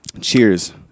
Cheers